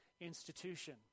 institution